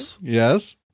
Yes